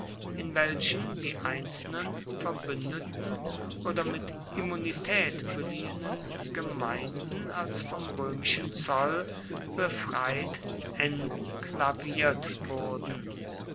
in welchen die einzelnen verbündeten oder mit immunität beliehenen gemeinden als vom römischen zoll befreit enklaviert wurden